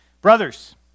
Brothers